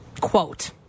Quote